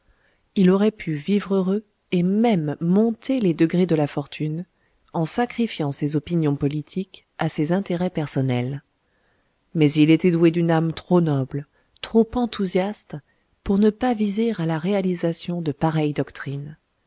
il aurait pu vivre heureux et même monter les degrés de la fortune en sacrifiant ses opinions politiques à ses intérêts personnels mais il était doué d'une âme trop noble trop enthousiaste pour ne pas viser à la réalisation de pareilles doctrines